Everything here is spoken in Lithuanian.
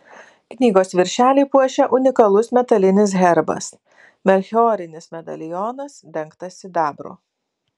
knygos viršelį puošia unikalus metalinis herbas melchiorinis medalionas dengtas sidabru